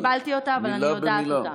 לא קיבלתי אותה, אבל אני יודעת אותה.